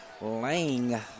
Lang